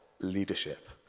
leadership